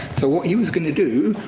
so what he was going to do,